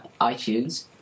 iTunes